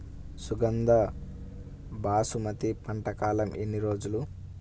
సుగంధ బాసుమతి పంట కాలం ఎన్ని రోజులు?